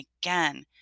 again